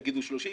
יגידו 30,